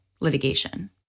litigation